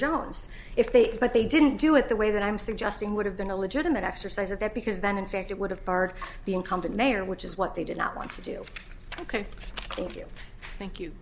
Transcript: jones if they but they didn't do it the way that i'm suggesting would have been a legitimate exercise of that because then in fact it would have barred the incumbent mayor which is what they did not want to do ok thank you thank you